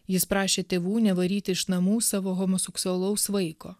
jis prašė tėvų nevaryti iš namų savo homoseksualaus vaiko